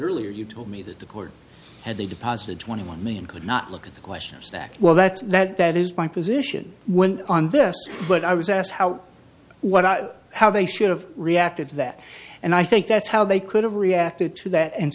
earlier you told me that the court had they deposited twenty one million could not look at the questions that well that that that is my position when on this but i was asked how what how they should've reacted to that and i think that's how they could have reacted to that and